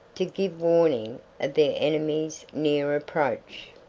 to give warning of the enemy's near approach.